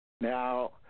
now